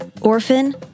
Orphan